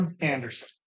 Anderson